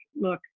look